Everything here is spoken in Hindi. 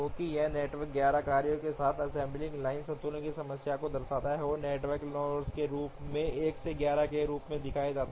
तो यह नेटवर्क 11 कार्यों के साथ एक असेंबली लाइन संतुलन की समस्या को दर्शाता है जो नेटवर्क के नोड्स के रूप में 1 से 11 के रूप में दिखाए जाते हैं